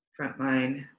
frontline